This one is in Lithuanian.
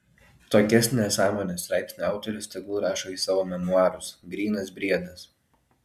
tokias nesąmones straipsnio autorius tegul rašo į savo memuarus grynas briedas